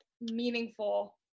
meaningful